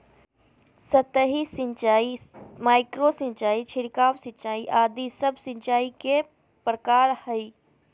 सतही सिंचाई, माइक्रो सिंचाई, छिड़काव सिंचाई आदि सब सिंचाई के प्रकार हय